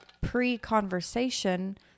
pre-conversation